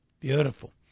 Beautiful